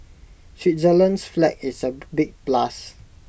Switzerland's flag is A big plus